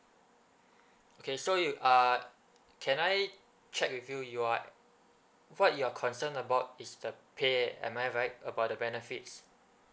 okay so you uh can I check with you you are what your concern about is the pay am I right about the benefits